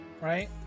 right